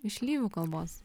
iš lyvių kalbos